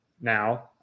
now